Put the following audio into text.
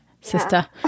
sister